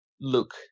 look